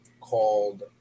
called